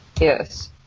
Yes